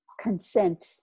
consent